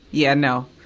yeah, no.